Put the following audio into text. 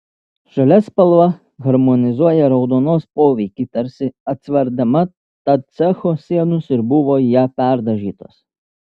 žalia spalva harmonizuoja raudonos poveikį tarsi atsverdama tad cecho sienos ir buvo ja perdažytos